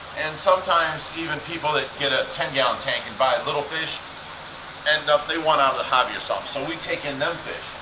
and sometimes even people that get a ten gallon tank and buy little fish end up they want out of the hobby or something so um so we take in them fish.